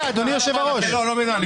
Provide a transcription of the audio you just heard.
הישיבה ננעלה